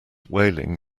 wailing